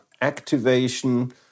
activation